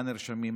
מה נרשמים,